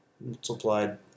multiplied